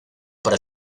para